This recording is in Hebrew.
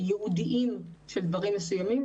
או בתי ספר ייעודיים לדברים מסוימים,